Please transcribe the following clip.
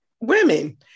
women